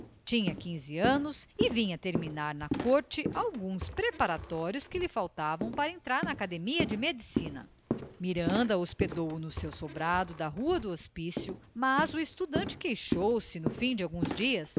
tinha quinze anos e vinha terminar na corte alguns preparatórios que lhe faltavam para entrar na academia de medicina miranda hospedou o no seu sobrado da rua do hospício mas o estudante queixou-se no fim de alguns dias